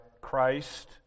Christ